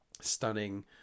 stunning